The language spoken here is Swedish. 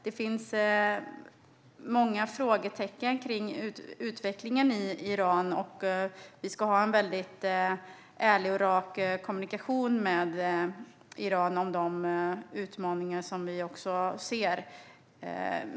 Det finns många frågetecken kring utvecklingen i Iran, och vi ska ha en mycket ärlig och rak kommunikation med Iran om de utmaningar som vi ser.